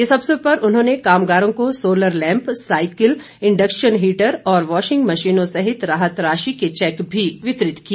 इस अवसर पर उन्होंने कामगारों को solar lamp cycle induction heater और वाशिंग मशीनों सहित राहत राशि के चैक भी वितरित किए